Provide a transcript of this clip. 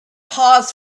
paused